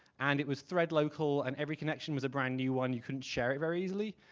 and it was thread local, and every connection was a brand new one. you couldn't share it very easily.